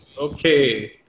Okay